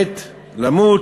עת למות,